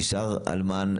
נשאר האלמן.